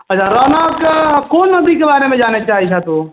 अच्छा रौनक कोन नदीके बारेमे जानयके चाहै छह तू